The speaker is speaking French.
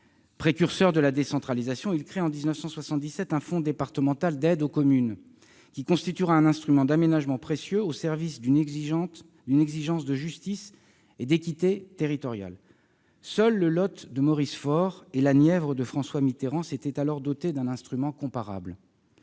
Précurseur de la décentralisation, il crée en 1977 un fonds départemental d'aide à l'équipement des communes, qui constituera un instrument d'aménagement précieux au service d'une exigence de justice et d'équité territoriales. Seul le Lot de Maurice Faure et la Nièvre de François Mitterrand s'étaient alors dotés d'un instrument comparable.